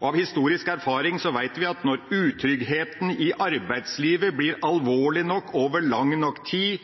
Av historisk erfaring vet vi at når utryggheten i arbeidslivet blir alvorlig nok over lang nok tid,